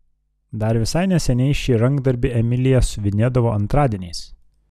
dar visai neseniai šį rankdarbį emilija siuvinėdavo antradieniais